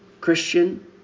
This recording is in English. Christian